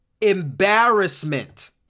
embarrassment